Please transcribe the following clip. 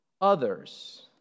others